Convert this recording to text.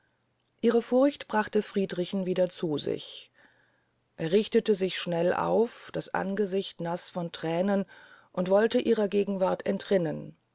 ihre furcht brachte friedrichen wieder zu sich er richtete schnell sich auf das angesicht naß von thränen und wolte ihrer gegenwart entrinnen